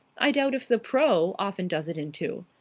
i doubt if the pro. often does it in two.